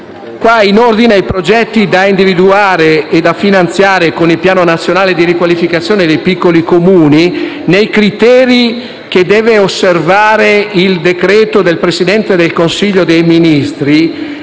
In ordine ai progetti da individuare e da finanziare con il Piano nazionale per la riqualificazione dei piccoli Comuni, chiediamo che, nei criteri che deve osservare il decreto del Presidente del Consiglio dei ministri,